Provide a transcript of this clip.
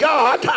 God